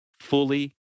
fully